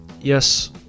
yes